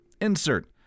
Insert